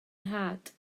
nhad